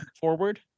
forward